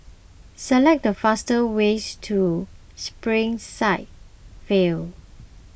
select the fastest ways to Springside View